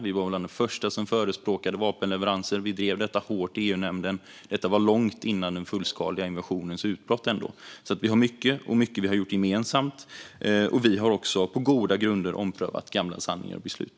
Vi var bland de första som förespråkade vapenleveranser. Vi drev detta hårt i EU-nämnden. Detta var ändå långt före den fullskaliga invasionens utbrott. Vi har alltså gjort mycket, också gemensamt. Vi har också på goda grunder omprövat gamla sanningar och beslut.